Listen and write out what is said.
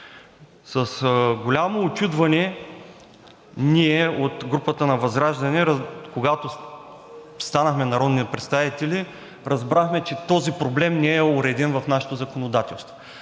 С голямо учудване ние от групата на ВЪЗРАЖДАНЕ, когато станахме народни представители, разбрахме, че този проблем не е уреден в нашето законодателство,